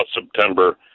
September